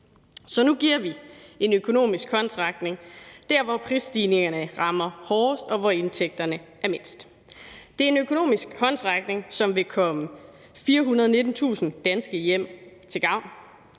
Så nu giver vi en økonomisk håndsrækning dér, hvor prisstigningerne rammer hårdest, og hvor indtægterne er lavest. Det er en økonomisk håndsrækning, som vil komme 419.000 danske hjem til gavn,